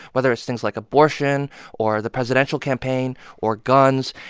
whether it's things like abortion or the presidential campaign or guns,